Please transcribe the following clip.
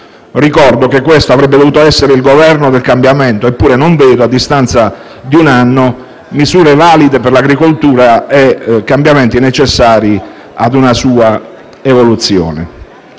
Ricordo che questo avrebbe dovuto essere il Governo del cambiamento, eppure, a distanza di un anno, non vedo misure valide per l'agricoltura e cambiamenti necessari a una sua evoluzione.